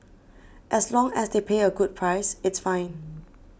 as long as they pay a good price it's fine